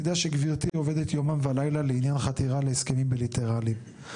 אני יודע שגברתי עובדת יומם ולילה לעניין חתירה להסכמים בילטרליים.